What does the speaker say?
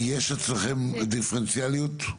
יש אצלכם דיפרנציאליות?